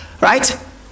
Right